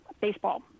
baseball